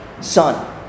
son